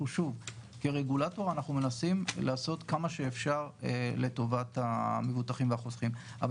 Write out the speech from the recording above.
כרגולטור אנחנו מנסים לעשות כמה שאפשר לטובת המבוטחים והחוסכים אבל